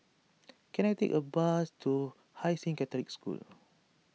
can I take a bus to Hai Sing Catholic School